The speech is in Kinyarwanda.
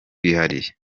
bwihariye